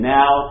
now